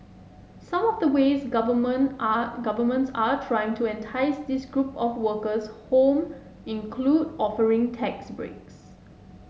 some of the ways government are governments are trying to entice this group of workers home include offering tax breaks